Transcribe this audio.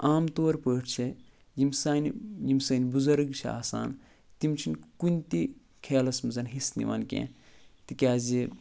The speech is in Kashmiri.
عام طور پٲٹھۍ چھِ یِم سانہِ یِم سٲنۍ بزرگ چھِ آسان تِم چھِنہٕ کُنہِ تہِ کھیلَس منٛز حصہٕ نِوان کیٚنہہ تِکیٛازِ